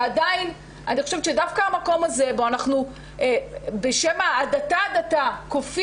ועדיין אני חושבת שדווקא המקום הזה בו אנחנו בשם ההדתה כופים